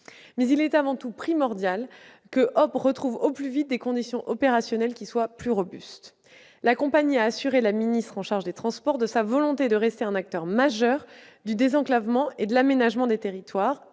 Mais il est avant tout primordial que Hop ! retrouve au plus vite des conditions opérationnelles plus robustes. La compagnie a assuré la ministre chargée des transports de sa volonté de rester un acteur majeur du désenclavement et de l'aménagement des territoires